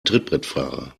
trittbrettfahrer